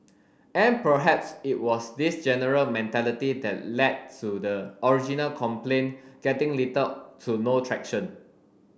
and perhaps it was this general mentality that led to the original complaint getting little to no traction